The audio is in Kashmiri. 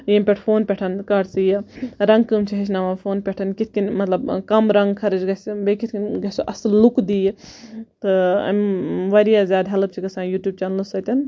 ییٚمہِ پیٚٹھ فونہٕ پیٚٹھ کر ژٕ یہِ رَنٛگہٕ کٲم چھِ ہیٚچھناوان فونہ پیٚٹھ کِتھ کنۍ مَطلَب کم رَنٛگ خرچ گَژھِ بیٚیہِ کِتھ کنۍ گَژھِ اصل لُک دِیہِ تہٕ امہ واریاہ زیادٕ ہیٚلپ چھِ گَژھان یوٗٹیوب چَنلہِ سۭتۍ